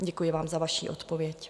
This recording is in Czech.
Děkuji vám za vaši odpověď.